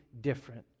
different